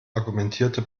argumentierte